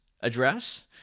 address